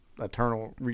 Eternal